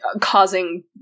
causing